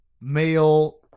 male